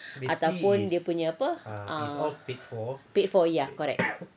ataupun dia punya apa ah paid for ya correct